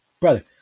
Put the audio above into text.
Brother